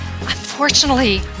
unfortunately